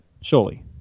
Surely